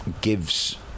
gives